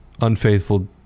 unfaithful